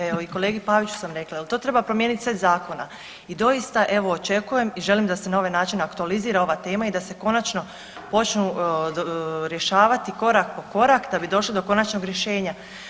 Evo i kolegi Paviću sam rekla, jel to treba promijeniti set zakona i doista evo očekujem i želim da se na ovaj način aktualizira ova tema i da se konačno počnu rješavati korak po korak da bi došli do konačnog rješenja.